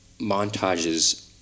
montages